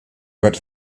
but